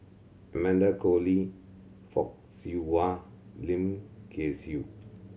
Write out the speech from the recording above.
Amanda Koe Lee Fock Siew Wah Lim Kay Siu